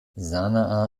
sanaa